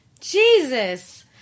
Jesus